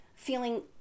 feeling